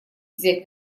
взять